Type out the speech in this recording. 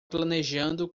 planejando